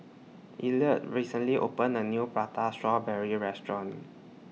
Elliott recently opened A New Prata Strawberry Restaurant